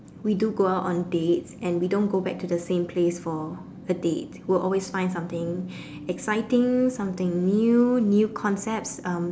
we do go out on dates and we don't go back to the same place for a date we will always find something exciting something new new concepts um